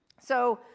so,